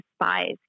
despised